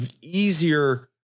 easier